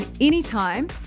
anytime